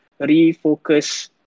refocus